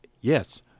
yes